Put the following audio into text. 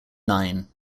nine